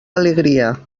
alegria